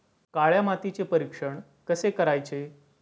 काळ्या मातीचे परीक्षण कसे करायचे?